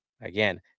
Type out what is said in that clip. again